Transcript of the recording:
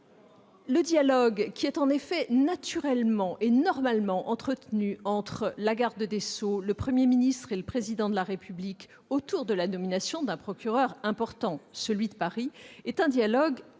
Le dialogue qui est naturellement entretenu entre la garde des sceaux, le Premier ministre et le Président de la République autour de la nomination d'un procureur important, celui de Paris, est un dialogue normal